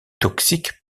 toxique